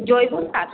জৈব সার